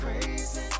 Crazy